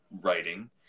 writing